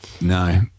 no